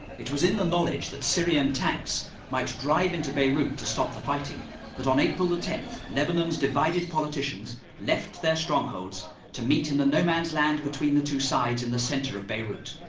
it was in the knowledge that syrian tanks might drive into beirut to stop the fighting that on april the tenth lebanon's divided politicians left their strongholds to meet in the no-man's land between the two sides in the center of beirut